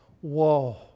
whoa